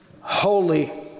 holy